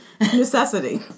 Necessity